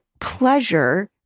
pleasure